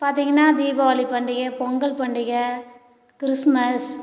பார்த்தீங்ன்னா தீபாவளி பண்டிகை பொங்கல் பண்டிகை கிறிஸ்மஸ்